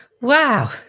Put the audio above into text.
Wow